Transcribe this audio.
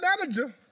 manager